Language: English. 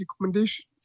recommendations